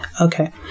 okay